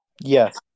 Yes